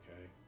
okay